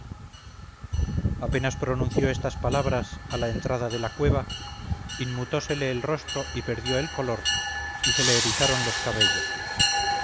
apenas pronunció estas palabras a la entrada de la cueva inmutósele el rostro y perdió el color y se le erizaron los cabellos